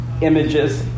Images